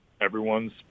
everyone's